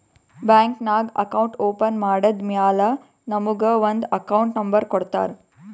bank ನಾಗ್ account open ಮಾಡದ್ದ್ ಮ್ಯಾಲ ನಮುಗ ಒಂದ್ ಅಕೌಂಟ್ ನಂಬರ್ ಕೊಡ್ತಾರ್